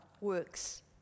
works